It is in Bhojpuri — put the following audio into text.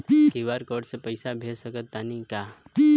क्यू.आर कोड से पईसा भेज सक तानी का?